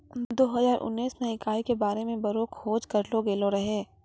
दो हजार उनैस मे इकाई के बारे मे बड़ो खोज करलो गेलो रहै